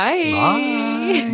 Bye